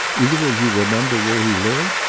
either of you remember where he lived?